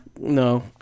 no